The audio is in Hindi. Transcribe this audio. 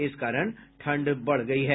इस कारण ठंड बढ़ गयी है